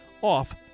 off